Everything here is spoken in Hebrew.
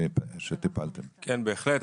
כן, בהחלט.